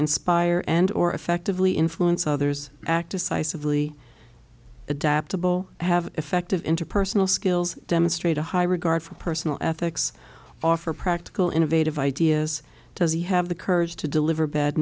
inspire and or effectively influence others act a slice of li adaptable have effective interpersonal skills demonstrate a high regard for personal ethics offer practical innovative ideas does he have the courage to deliver bad